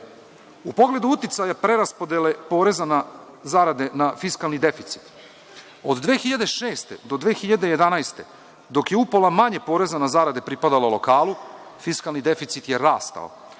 pogledu uticaja preraspodele poreza na zarade na fiskalni deficit, od 2006. do 2011. godine, dok je upola manje poreza na zarade pripadalo lokalu, fiskalni deficit je rastao.